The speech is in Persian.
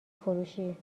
فروشی